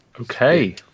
Okay